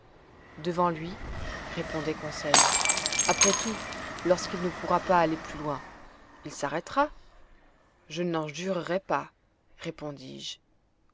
devant lui répondait conseil après tout lorsqu'il ne pourra pas aller plus loin il s'arrêtera je n'en jurerais pas répondis-je